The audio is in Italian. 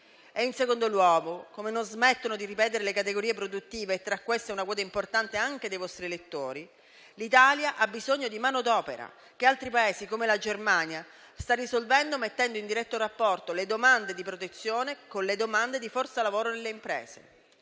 in secondo luogo, come non smettono di ripetere le categorie produttive, tra le quali una quota importante anche dei vostri elettori, l'Italia ha bisogno di manodopera. È questo un bisogno che altri Paesi, come la Germania, stanno risolvendo mettendo in diretto rapporto le domande di protezione con le domande di forza lavoro nelle imprese.